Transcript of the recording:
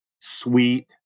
sweet